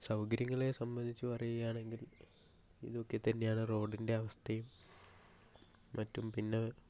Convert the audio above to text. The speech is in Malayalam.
സൗകര്യങ്ങളേ സംബന്ധിച്ചു പറയുകയാണെങ്കിൽ ഇതൊക്കേ തന്നെയാണ് റോഡിൻ്റെ അവസ്ഥയും മറ്റും പിന്നേ